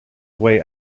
way